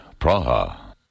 Praha